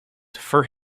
for